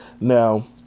Now